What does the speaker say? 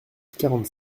quarante